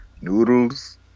Noodles